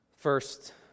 First